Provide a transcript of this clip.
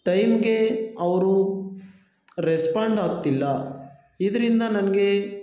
ಟೈಮ್ಗೆ ಅವರು ರೆಸ್ಪಾಂಡ್ ಆಗ್ತಿಲ್ಲ ಇದರಿಂದ ನನಗೆ